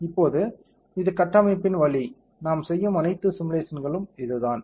இப்போது இது கட்டமைப்பின் வலி நாம் செய்யும் அனைத்து சிமுலேஷன்ஸ்களும் இதுதான்